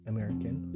American